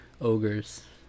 ogres